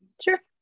Sure